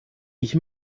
ich